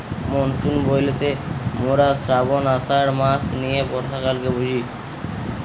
monsoon বইলতে মোরা শ্রাবন, আষাঢ় মাস নিয়ে বর্ষাকালকে বুঝি